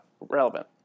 relevant